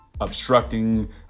obstructing